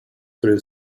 through